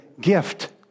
gift